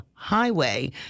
highway